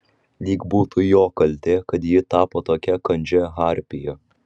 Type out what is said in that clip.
lyg būtų jo kaltė kad ji tapo tokia kandžia harpija